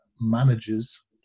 manages